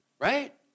right